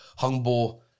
Hungbo